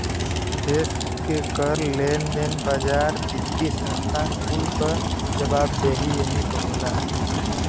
देस के कर, लेन देन, बाजार, वित्तिय संस्था कुल क जवाबदेही यही क होला